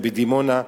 בדימונה.